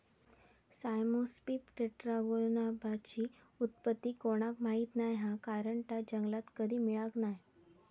Cyamopsis टेट्रागोनोलोबाची उत्पत्ती कोणाक माहीत नाय हा कारण ता जंगलात कधी मिळाक नाय